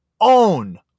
own